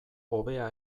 hobea